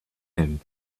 him